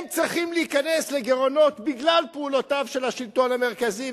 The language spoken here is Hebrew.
הם צריכים להיכנס לגירעונות בגלל פעולותיו של השלטון המרכזי,